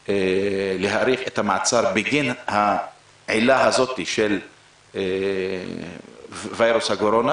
להאריך את המעצר בגין העילה הזו של וירוס הקורונה.